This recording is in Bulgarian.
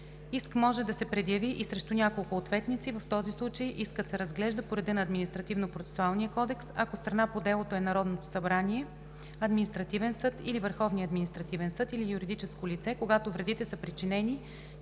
Иск може да се предяви и срещу няколко ответници. В този случай искът се разглежда по реда на Административнопроцесуалния кодекс, ако страна по делото е Народното събрание, административен съд или Върховния административен съд, или юридическо лице, когато вредите са причинени